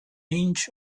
inch